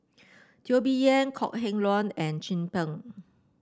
Teo Bee Yen Kok Heng Leun and Chin Peng